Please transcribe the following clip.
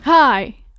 hi